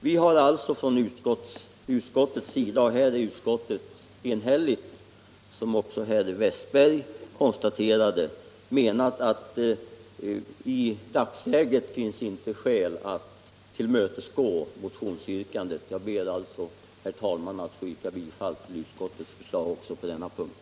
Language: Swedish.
Utskottet menar — på den punkten är utskottet enhälligt, som också herr Westberg konstaterade — att det i dagsläget inte finns skäl att tillmötesgå motionsyrkandet. Jag ber, herr talman, att få yrka bifall till utskottets förslag också på denna punkt.